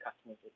customers